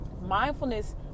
Mindfulness